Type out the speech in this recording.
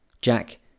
Jack